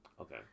Okay